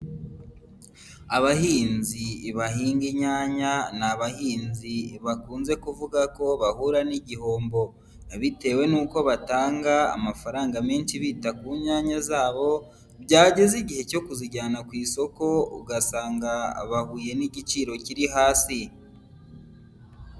Abahinzi bahinga inyanya ni abahinzi bakunze kuvuga ko bahura n'igihombo, bitewe n'uko batanga amafaranga menshi bita ku nyanya zabo, byageza igihe cyo kuzijyana ku isoko ugasanga bahuye n'igiciro kiri hasi.